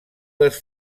les